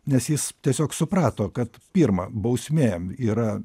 nes jis tiesiog suprato kad pirma bausmė yra